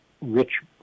rich